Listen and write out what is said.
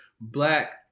black